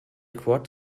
quad